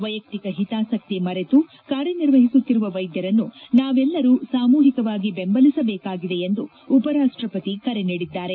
ವೈಯಕ್ತಿಕ ಕಾರ್ಯನಿರ್ವಹಿಸುತ್ತಿರುವ ವೈದ್ಯರನ್ನು ನಾವೆಲ್ಲರೂ ಸಾಮೂಹಿಕವಾಗಿ ಬೆಂಬಲಿಸಬೇಕಾಗಿದೆ ಎಂದು ಉಪರಾಷ್ಟಪತಿ ಕರೆ ನೀಡಿದ್ದಾರೆ